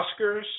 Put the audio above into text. Oscars